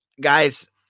guys